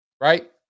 right